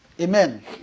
Amen